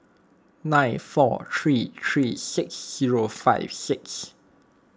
nine four three three six zero five six